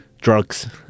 drugs